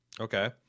Okay